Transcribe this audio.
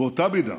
באותה מידה